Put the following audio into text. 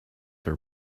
her